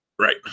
right